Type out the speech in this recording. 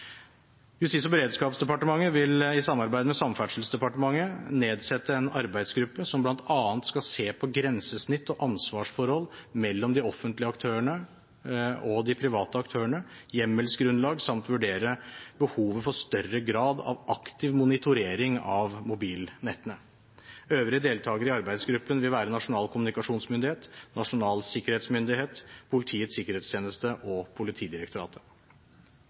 Justis- og beredskapsdepartementet vil i samarbeid med Samferdselsdepartementet nedsette en arbeidsgruppe som bl.a. skal se på grensesnitt og ansvarsforhold mellom de offentlige aktørene og de private aktørene, hjemmelsgrunnlag samt vurdere behovet for større grad av aktiv monitorering av mobilnettene. Øvrige deltakere i arbeidsgruppen vil være Nasjonal kommunikasjonsmyndighet, Nasjonal sikkerhetsmyndighet, Politiets sikkerhetstjeneste og Politidirektoratet.